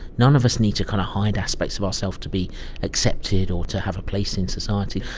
none of us need to kind of hide aspects of ourselves to be accepted or to have a place in society.